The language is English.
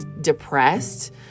depressed